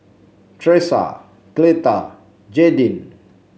Tresa Cleta Jadyn